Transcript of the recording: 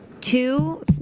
two